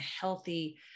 healthy